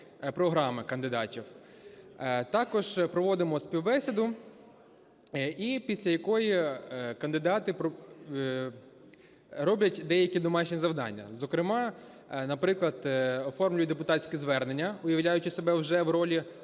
програми кандидатів. Також проводимо співбесіду, після якої кандидати роблять деякі домашні завдання. Зокрема, наприклад, оформлюють депутатські звернення, уявляючи себе вже в ролі